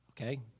Okay